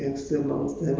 what thing